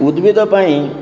ଉଦ୍ଭିଦ ପାଇଁ